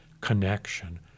connection